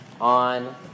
on